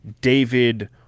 David